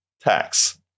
tax